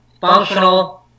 functional